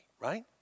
right